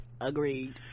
agreed